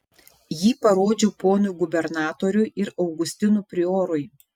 jį parodžiau ponui gubernatoriui ir augustinų priorui